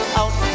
out